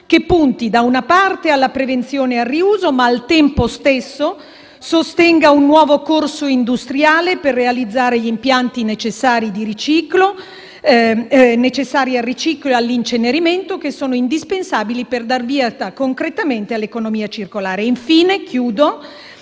che punti da una parte alla prevenzione e al riuso e dall'altra sostenga un nuovo corso industriale per realizzare gli impianti necessari al riciclo e all'incenerimento che sono indispensabili per dar via concretamente all'economia circolare. Infine, e